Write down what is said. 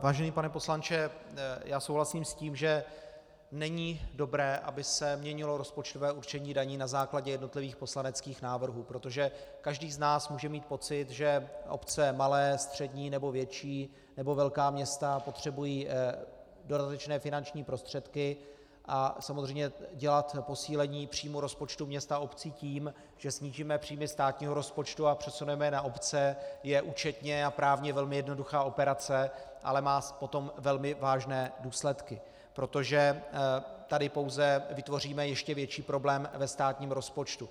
Vážený pane poslanče, souhlasím s tím, že není dobré, aby se měnilo rozpočtové určení daní na základě jednotlivých poslaneckých návrhů, protože každý z nás může mít pocit, že obce malé, střední nebo větší nebo velká města potřebují dodatečné finanční prostředky, a samozřejmě dělat posílení přímo rozpočtu měst a obcí tím, že snížíme příjmy státního rozpočtu a přesuneme je na obce, je účetně a právně velmi jednoduchá operace, ale má potom velmi vážné důsledky, protože tady pouze vytvoříme ještě větší problém ve státním rozpočtu.